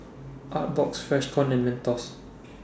Artbox Freshkon and Mentos